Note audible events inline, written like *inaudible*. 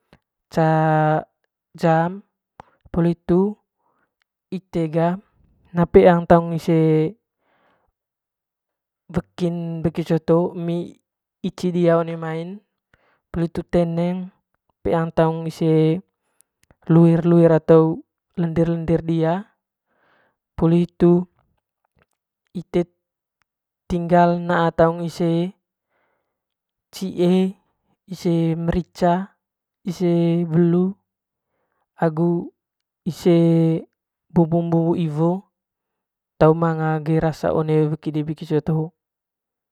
Ca jam poli hitu ite ga naa peeang taung ise wekin bekicot hoo emi ici diha one main poli hitu teneng lir lir atau lender lender diha poli hitu ite tingga naa taung cie ise merica ise welu gu bumbu bumbu iwo tau manga di cara *unintelligible* weki de bekicot hoo.